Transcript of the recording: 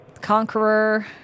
Conqueror